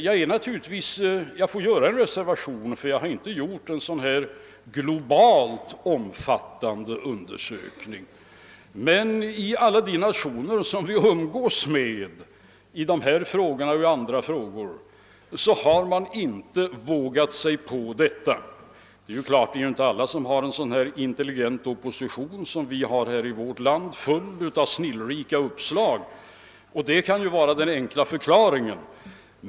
Jag får göra en viss reservation, ty jag har naturligtvis inte gjort någon globalt omfattande undersökning. Men ingen av de nationer, som vi har samröre med i dessa och andra frågor, har vågat sig på detta. Det är ju klart att alla länder inte har en så intelligent opposition som vi har i vårt land — full av snillrika uppslag — och det kan ju vara den enkla förklaringen.